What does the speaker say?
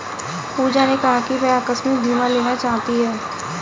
पूजा ने कहा कि वह आकस्मिक बीमा लेना चाहती है